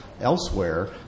elsewhere